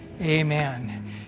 amen